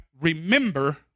remember